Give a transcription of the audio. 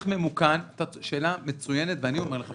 12:45) שאלה מצוינת ואני אומר לך,